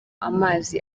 amazi